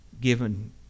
given